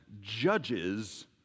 judges